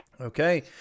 Okay